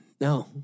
No